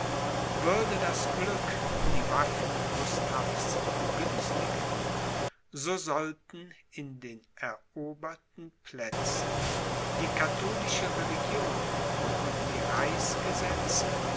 würde das glück die waffen gustavs begünstigen so sollten in den eroberten plätzen die katholische religion und die